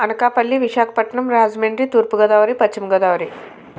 అనకాపల్లి విశాఖపట్నం రాజమండ్రి తూర్పు గోదావరి పశ్చిమ గోదావరి